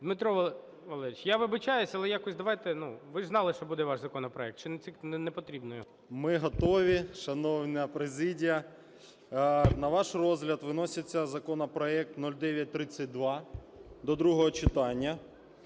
Дмитро Валерійович, я вибачаюся, але якось давайте, ви ж знали, що буде ваш законопроект, чи не потрібно його? 13:14:25 ЛУБІНЕЦЬ Д.В. Ми готові, шановна президія. На ваш розгляд виноситься законопроект 0932 до другого читання.